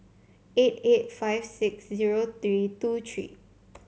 eight eight five six zero three two three